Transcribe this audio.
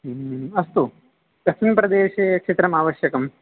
ह्म् अस्तु कस्मिन् प्रदेशे क्षेत्रम् आवश्यकम्